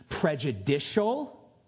prejudicial